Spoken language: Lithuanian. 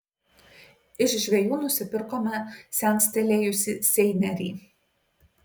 iš žvejų nusipirkome senstelėjusį seinerį